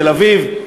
תל-אביב,